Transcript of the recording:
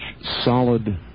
solid